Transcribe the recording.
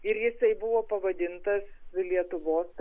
ir jisai buvo pavadintas lietuvos